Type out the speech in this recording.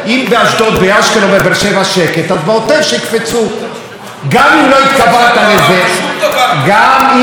לא אמרתי שום דבר כזה ולא שום דבר שמשתמע.